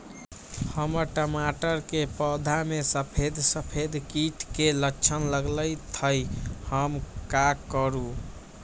हमर टमाटर के पौधा में सफेद सफेद कीट के लक्षण लगई थई हम का करू?